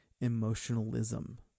emotionalism